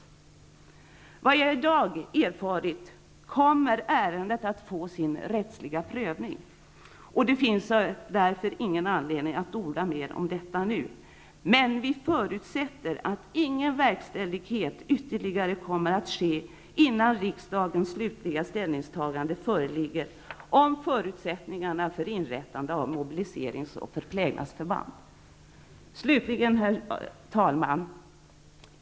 Enligt vad jag i dag har erfarit kommer ärendet att få sin rättsliga prövning, och det finns därför ingen anledning att orda mer om detta nu, men vi förutsätter att ingen verkställighet ytterligare kommer att ske, innan riksdagens slutliga ställningstagande föreligger om förutsättningarna för inrättande av mobiliserings och förplägnadsförband. Slutligen, herr talman!